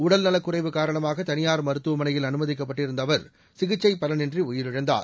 உடல்நலக் குறைவு காரணமாக தனியார் மருத்துவமனையில் அனுமதிக்கப்பட்டிருந்த அவர் சிகிச்சை பலனின்றி உயிரிழந்தார்